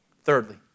Thirdly